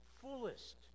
fullest